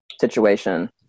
situation